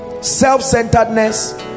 self-centeredness